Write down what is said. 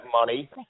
money